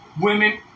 Women